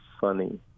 funny